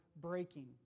breaking